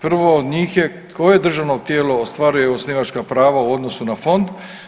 Prvo od njih je koje državno tijelo ostvaruje osnivačka prava u odnosu na fond.